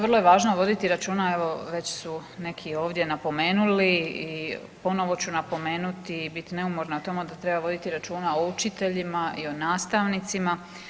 Vrlo je važno voditi računa, evo već su neki ovdje napomenuli i ponovo ću napomenuti i biti neumorna u tome da treba voditi računa o učiteljima i o nastavnicima.